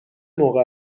موقع